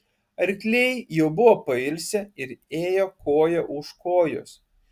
arkliai jau buvo pailsę ir ėjo koja už kojos